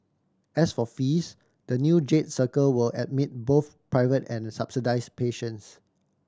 as for fees the new Jade Circle will admit both private and subsidise patients